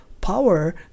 power